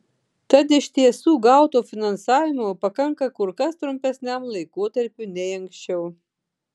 tad iš tiesų gauto finansavimo pakanka kur kas trumpesniam laikotarpiui nei anksčiau